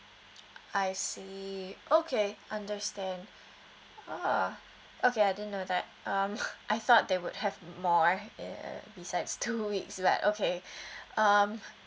I see okay understand oh okay I don't know that um I thought they would have more uh besides two weeks like okay um